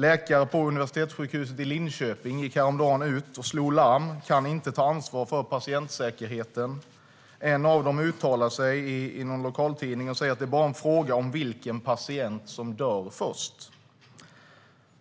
Läkare på Universitetssjukhuset i Linköping gick häromdagen ut och slog larm. Man kan inte ta ansvar för patientsäkerheten. En av dem uttalade sig i någon lokaltidning och sa: Det är bara en fråga om vilken patient som dör först.